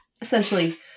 essentially